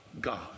God